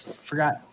Forgot